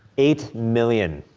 eight million.